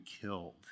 killed